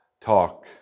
talk